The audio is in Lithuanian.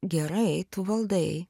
gerai tu valdai